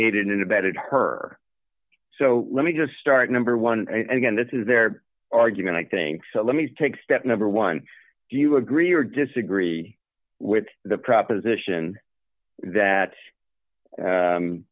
aided and abetted her so let me just start number one and again this is their argument i think so let me take step number one do you agree or disagree with the proposition that